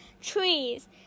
trees